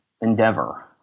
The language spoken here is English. endeavor